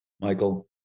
Michael